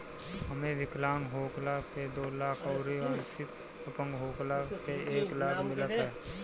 एमे विकलांग होखला पे दो लाख अउरी आंशिक अपंग होखला पे एक लाख मिलत ह